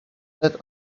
had